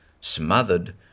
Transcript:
smothered